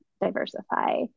diversify